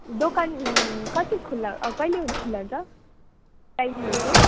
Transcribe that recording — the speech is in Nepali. दोकान कति खुल्ला कहिले खुल्ला हुन्छ टाइमहरू चाहिँ